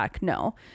no